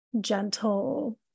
gentle